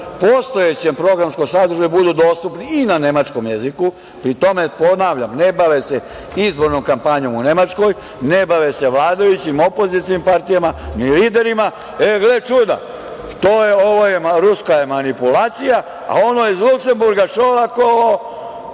postojećem programskom sadržaju budu dostupni i na nemačkom jeziku, pri tome, ponavljam, ne bave se izbornom kampanjom u nemačkoj, ne bave se vladajućim, opozicionim partijama ni liderima, gle čuda, ovo je ruska manipulacija, a ono iz Luksemburga Šolakovo